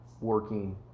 working